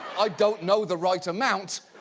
i don't know the right amount,